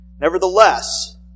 Nevertheless